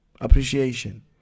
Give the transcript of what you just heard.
Appreciation